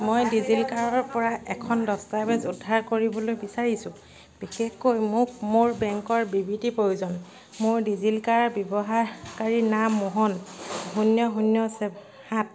মই ডিজিলকাৰৰপৰা এখন দস্তাবেজ উদ্ধাৰ কৰিবলৈ বিচাৰিছোঁ বিশেষকৈ মোক মোৰ বেংকৰ বিবৃতি প্ৰয়োজন মোৰ ডিজিলকাৰ ব্যৱহাৰকাৰীনাম মোহন শূন্য শূন্য সাত